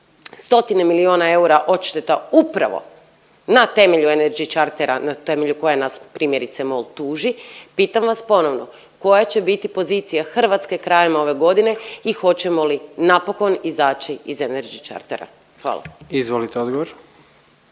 stotine milijuna eura odšteta upravo na temelju Energy Chartera na temelju koje nas primjerice MOL tuži, pitam vas ponovno, koja će biti pozicija Hrvatske krajem ove godine i hoćemo li napokon izaći iz Energy Chartera? Hvala. **Jandroković,